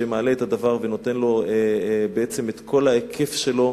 שמעלה את הדבר ונותן לו בעצם את כל ההיקף שלו,